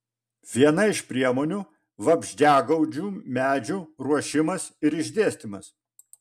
viena iš priemonių vabzdžiagaudžių medžių ruošimas ir išdėstymas